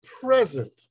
present